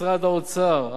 משרד האוצר,